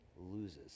loses